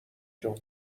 جون